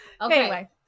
Okay